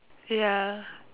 ya